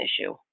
issue